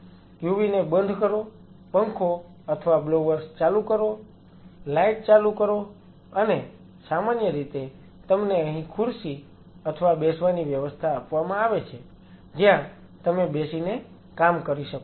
UV ને બંધ કરો પંખો અથવા બ્લોવર્સ ચાલુ કરો લાઇટ ચાલુ કરો અને સામાન્ય રીતે તમને અહીં ખુરશી અથવા બેસવાની વ્યવસ્થા આપવામાં આવે છે જ્યાં તમે બેસીને કામ કરી શકો છો